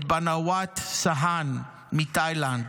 את באנאוואט סהטאן מתאילנד,